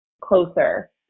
closer